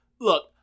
look